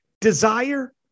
desire